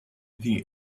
the